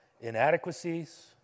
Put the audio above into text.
Inadequacies